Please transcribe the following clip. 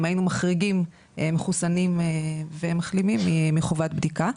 היינו מחריגים מחוסנים ומחלימים מחובת בדיקה.